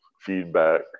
feedback